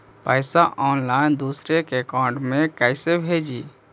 पैसा ऑनलाइन दूसरा के अकाउंट में कैसे भेजी?